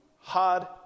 hard